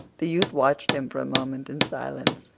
the youth watched him for a moment in silence.